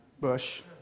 bush